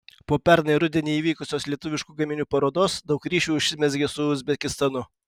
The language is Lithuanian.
po pernai rudenį įvykusios lietuviškų gaminių parodos daug ryšių užsimezgė su uzbekistanu